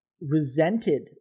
resented